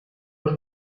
los